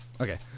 Okay